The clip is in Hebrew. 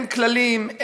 אין כללים,